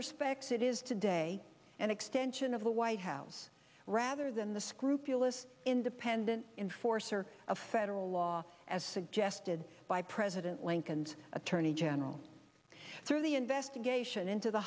respects is today an extension of the white house rather than the scrupulous independent in force or a federal law as suggested by president lincoln's attorney general through the investigation into the